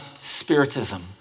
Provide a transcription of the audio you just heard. spiritism